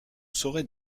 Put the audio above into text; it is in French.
saurait